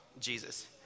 Jesus